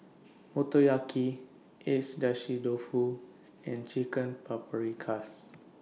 Motoyaki Agedashi Dofu and Chicken Paprikas